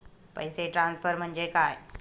पैसे ट्रान्सफर म्हणजे काय?